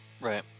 right